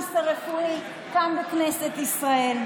הקנביס הרפואי כאן בכנסת ישראל.